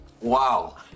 Wow